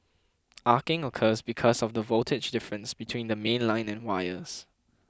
arcing occurs because of the voltage difference between the mainline and wires